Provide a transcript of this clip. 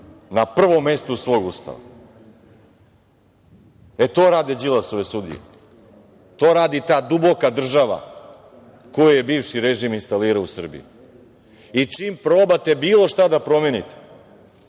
na prvom mestu svog Ustava. E, to rade Đilasove sudije. To radi ta duboka država koji je bivši režim instalirao u Srbiji. Čim probate bilo šta da promenite,